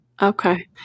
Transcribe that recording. Okay